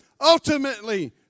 ultimately